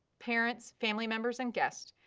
parents, family members and guests,